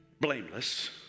blameless